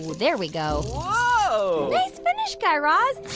there we go whoa nice finish, guy raz.